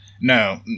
No